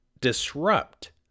disrupt